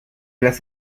las